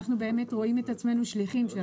אנחנו רואים את עצמנו שליחים שלכם,